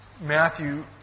Matthew